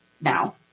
now